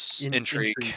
intrigue